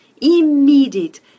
immediate